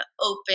open